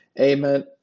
Amen